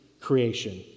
creation